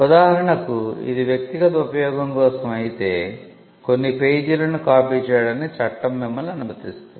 ఉదాహరణకు ఇది వ్యక్తిగత ఉపయోగం కోసం అయితే కొన్ని పేజీలను కాపీ చేయడానికి చట్టం మిమ్మల్ని అనుమతిస్తుంది